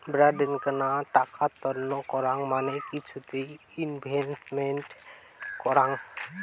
বাডেনগ্না টাকা তন্ন করাং মানে কিছুতে ইনভেস্ট করাং